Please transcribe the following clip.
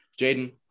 Jaden